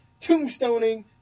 tombstoning